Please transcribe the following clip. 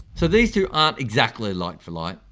so these two aren't exactly like-for-like.